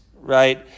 right